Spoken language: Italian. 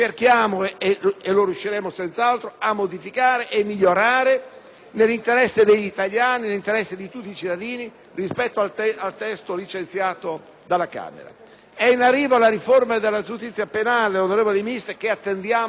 nell'interesse degli italiani e di tutti i cittadini, rispetto al testo licenziato dalla Camera dei deputati ed è in arrivo la riforma della giustizia penale, onorevole Ministro, che attendiamo con ansia poiché la giustizia penale, così come è strutturata